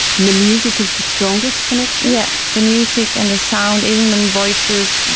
and the music is the strongest connection? yeah. the music and the sound, even um and voices,